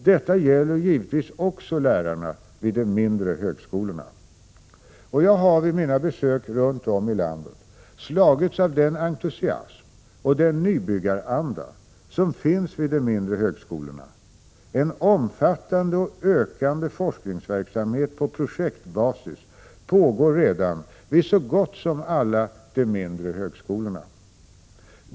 Detta gäller givetvis också lärarna vid de mindre högskolorna. Jag har vid mina besök runt om i landet slagits av den entusiasm och den ”nybyggaranda” som finns vid de mindre högskolorna. En omfattande och ökande forskningsverksamhet på projektbasis pågår redan vid så gott som alla de mindre högskolorna.